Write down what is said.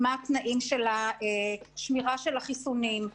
מה התנאים של השמירה של החיסונים,